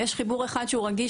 יש חיבור אחד שהוא רגיש,